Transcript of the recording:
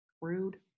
Rude